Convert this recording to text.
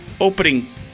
opening